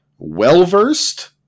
well-versed